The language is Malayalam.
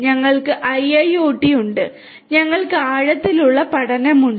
ഞങ്ങൾക്ക് IIoT ഉണ്ട് ഞങ്ങൾക്ക് ആഴത്തിലുള്ള പഠനമുണ്ട്